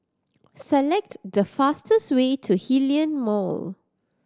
select the fastest way to Hillion Mall